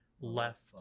left